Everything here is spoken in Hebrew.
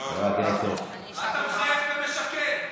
מה אתה מחייך ומשקר?